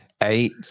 Eight